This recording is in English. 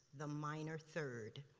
the minor third.